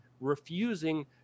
refusing